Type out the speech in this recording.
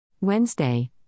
Wednesday